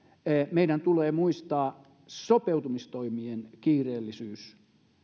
meidän tulee muistaa sopeutumistoimien kiireellisyys